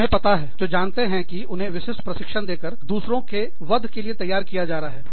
तुम्हे पता हैंजो जानते हैं कि उन्हें विशिष्ट प्रशिक्षण देकर दूसरों के वध के लिए तैयार किया जा रहा है